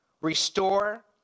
Restore